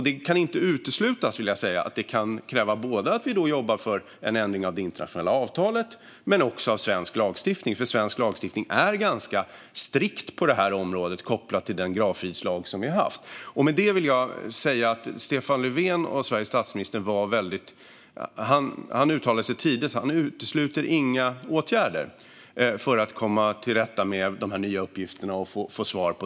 Det kan inte uteslutas att det kan kräva att vi jobbar för en ändring både av det internationella avtalet och av svensk lagstiftning, för svensk lagstiftning är ganska strikt på detta område, kopplat till den gravfridslag vi har haft. Med detta vill jag säga att Sveriges statsminister Stefan Löfven uttalade sig tydligt. Han utesluter inga åtgärder för att komma till rätta med de nya uppgifterna och få svar.